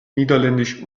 niederländisch